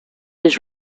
his